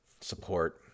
support